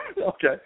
Okay